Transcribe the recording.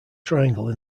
triangle